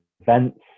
events